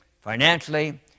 financially